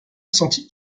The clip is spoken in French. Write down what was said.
sentit